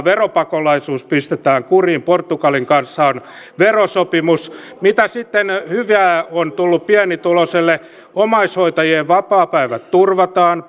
veropakolaisuus pistetään kuriin portugalin kanssa on verosopimus mitä sitten hyvää on tullut pienituloiselle omaishoitajien vapaapäivät turvataan